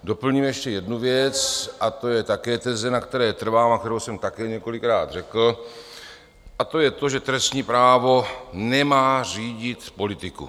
Doplním ještě jednu věc a to je také teze, na které trvám a kterou jsem také několikrát řekl a to je to, že trestní právo nemá řídit politiku.